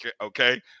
Okay